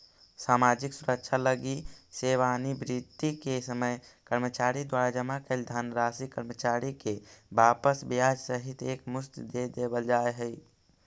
सामाजिक सुरक्षा लगी सेवानिवृत्ति के समय कर्मचारी द्वारा जमा कैल धनराशि कर्मचारी के वापस ब्याज सहित एक मुश्त दे देवल जाहई